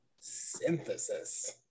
synthesis